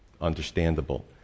Understandable